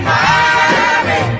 Miami